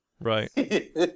Right